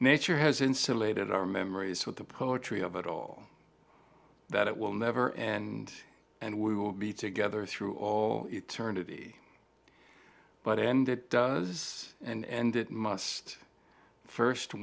nature has insulated our memories with the poetry of it all that it will never end and we will be together through all eternity but end it does and it must first